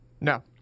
No